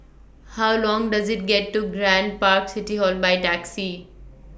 How Long Does IT get to Grand Park City Hall By Taxi